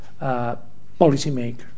policymaker